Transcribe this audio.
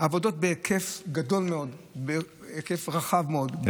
אלה עבודות בהיקף גדול מאוד, בהיקף רחב מאוד.